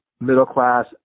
middle-class